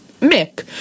Mick